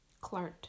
Clark